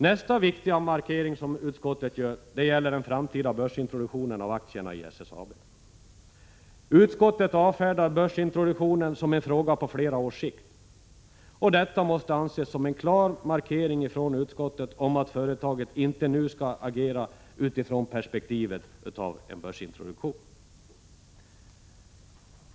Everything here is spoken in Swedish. Nästa viktiga markering som utskottet gör gäller den framtida börsintroduktionen av aktierna i SSAB. Utskottet avfärdar börsintroduktionen som en fråga på flera års sikt. Detta måste anses som en klar markering från utskottet om att företaget inte nu skall agera utifrån perspektivet av en börsintroduktion.